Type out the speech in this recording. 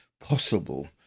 possible